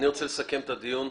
אני רוצה לסכם את הדיון.